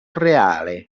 reale